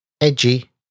edgy